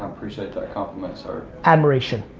um appreciate that compliment sir. admiration,